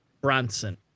Bronson